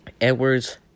Edwards